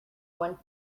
one